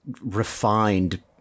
refined